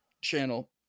channel